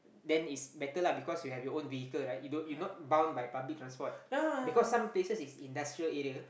then it's better lah because you have your own vehicle right you don't you not bound by public transport because some places is industrial area